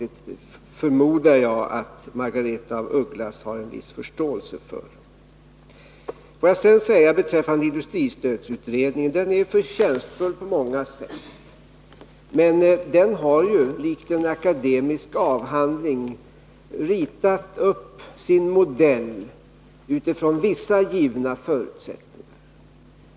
Jag förmodar att Margaretha af Ugglas har en viss förståelse för detta. Får jag sedan beträffande industristödsutredningen säga att den på många sätt är förtjänstfull. Men den utgår, på samma sätt som en akademisk avhandling, från en modell som vilar på vissa givna förutsättningar.